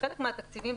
וחלק מהתקציבים,